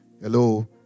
Hello